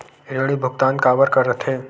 ऋण भुक्तान काबर कर थे?